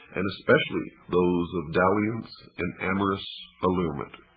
and especially those of dalliance and amorous allurement.